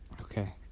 Okay